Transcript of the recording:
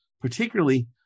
particularly